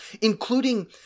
including